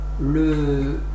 le